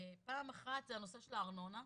פעם אחת זה הנושא של הארנונה,